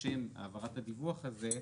לשם העברת הדיווח הזה,